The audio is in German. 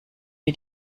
wir